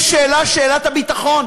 יש שאלה, שאלת הביטחון,